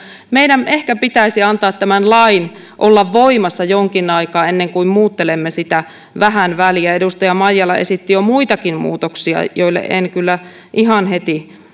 meidän ehkä pitäisi antaa tämän lain olla voimassa jonkin aikaa ennen kuin muuttelemme sitä vähän väliä edustaja maijala esitti jo muitakin muutoksia joille en kyllä ihan heti